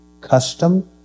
custom